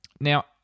now